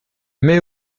mets